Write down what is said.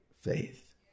faith